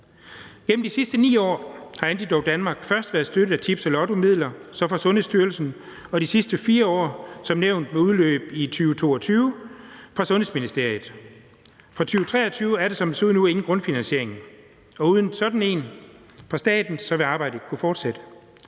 Gennem de sidste 9 år har Antidote Danmark først været støttet af tips- og lottomidler, så af Sundhedsstyrelsen og de sidste 4 år som nævnt med udløb i 2022 af Sundhedsministeriet. Fra 2023 er der, som det ser ud nu, ingen grundfinansiering, og uden sådan en fra staten vil arbejdet ikke kunne fortsætte.